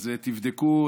אז תבדקו,